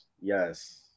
Yes